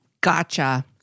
Gotcha